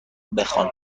بخوان